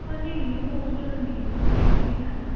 ਉਹ ਨਹੀਂ ਨਹੀਂ ਹੋਸਟਲ ਨਹੀਂ ਮੈਂ ਪੀ ਜੀ ਹੀ ਲੈਣਾ